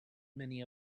many